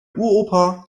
uropa